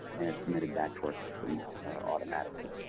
and it's submitted back to our system automatically.